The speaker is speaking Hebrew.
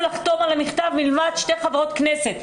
לחתום על המכתב מלבד שתי חברות כנסת,